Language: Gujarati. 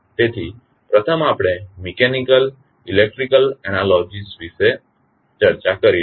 તેથી પ્રથમ આપણે મિકેનિકલ ઇલેક્ટ્રિકલ એનાલોગસ વિશે ચર્ચા કરીશું